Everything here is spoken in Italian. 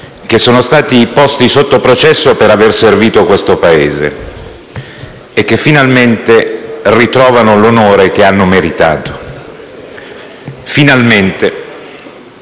che sono stati posti sotto processo per aver servito questo Paese e che finalmente ritrovano l'onore che hanno meritato. Finalmente.